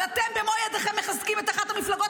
אבל אתם במו ידיכם מחזקים את אחת המפלגות